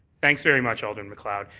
thanks very much, alderman mcleod.